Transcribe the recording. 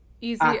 easy